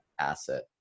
asset